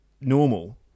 normal